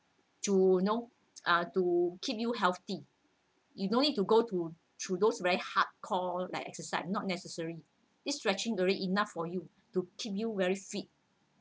to you know ah to keep you healthy you no need to go to through those very hard core like exercise not necessary this stretching very enough for you to keep you very fit